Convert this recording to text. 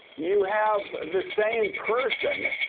you have the same person,